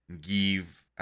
give